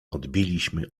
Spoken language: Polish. odbiliśmy